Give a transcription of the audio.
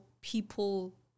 people